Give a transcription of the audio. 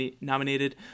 nominated